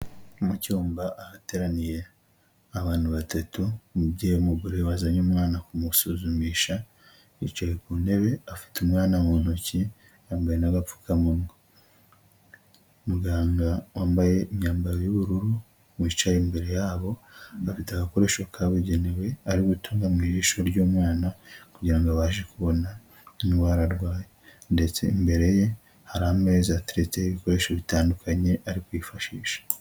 Mu cyumba ahateraniye abantu batatu, umubyeyi w'umugore wazanye umwana kumusuzumisha, yicaye ku ntebe, afite umwana mu ntoki, yambaye n'agapfukamunwa, muganga wambaye imyambaro y'ubururu, wicaye imbere yabo, afite agakoresho kabugenewe ari gutunga mu ijisho ry'umwana kugira ngo abashe kubona indwara arwaye ndetse imbere ye hari ameza ateretsaho ibikoresho bitandukanye ari kwifashisha.